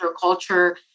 culture